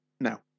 No